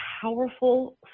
powerful